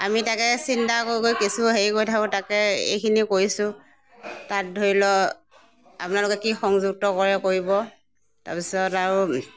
আমি তাকে চিন্তা কৰি কৰি কিছু হেৰি কৰি থাকো তাকে এইখিনি কৰিছোঁ তাক ধৰি লওক আপোনালোকে কি সংযুক্ত কৰে কৰিব তাৰপিছত আৰু